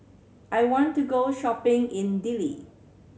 I want to go shopping in Dili